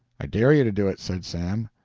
i dare you to do it, said sam.